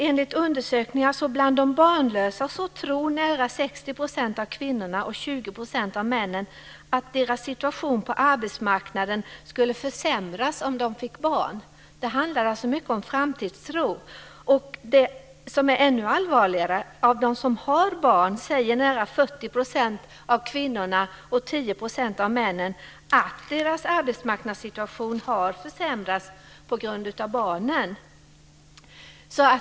Enligt undersökningar bland de barnlösa tror nära 60 % av kvinnorna och 20 % av männen att deras situation på arbetsmarknaden skulle försämras om de fick barn. Det handlar mycket om framtidstro. Det som är ännu allvarligare är att av dem som har barn säger nära 40 % av kvinnorna och 10 % av männen att deras arbetsmarknadssituation har försämrats på grund av barnen.